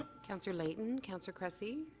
councillor layton, councillor cressy.